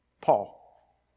Paul